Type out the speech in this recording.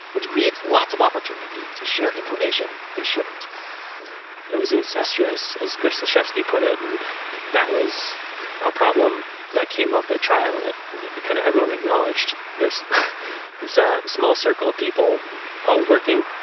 which creates lots of opportunity to share information they shouldn't it was incestuous, as kozlowski put it, and that was a problem that came up at trial it kind of everyone acknowledged there's this ah small circle of people all working,